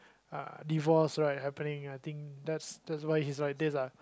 uh divorce right happening I think that's that's why he's like this ah